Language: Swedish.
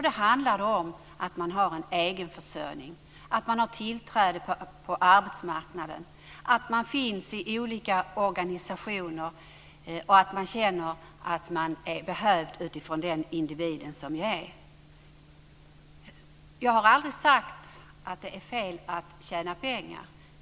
Det handlar om att ha en egenförsörjning, att ha tillträde till arbetsmarknaden, att man finns med i olika organisationer och att man känner att man är behövd som den individ man är. Jag har aldrig sagt att det är fel att tjäna pengar.